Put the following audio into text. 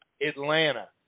Atlanta